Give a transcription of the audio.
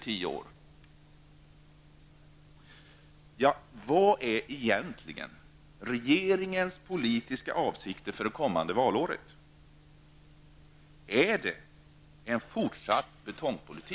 Vilka är egentligen regeringens politiska avsikter för det kommande valåret? Är det fråga om en fortsatt betongpolitik?